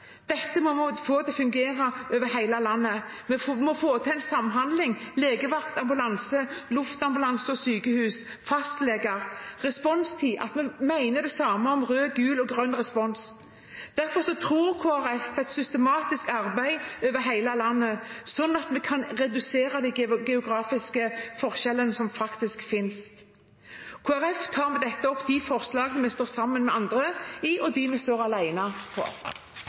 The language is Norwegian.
fungere over hele landet. Vi må få til en samhandling mellom legevakt, ambulanse, luftambulanse, sykehus og fastleger, og om responstid må vi mene det samme med rød, gul og grønn respons. Derfor tror Kristelig Folkeparti på et systematisk arbeid over hele landet, slik at vi kan redusere de geografiske forskjellene som faktisk finnes. Jeg tar med dette opp forslagene nr. 6–13. Representanten Olaug V. Bollestad har tatt opp de forslagene hun refererte til. Den akuttmedisinske beredskapen er ein grunnmur i